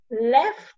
left